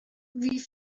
wie